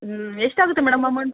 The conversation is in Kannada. ಹ್ಞೂ ಎಷ್ಟಾಗುತ್ತೆ ಮೇಡಮ್ ಅಮೌಂಟ್